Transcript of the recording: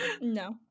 No